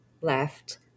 left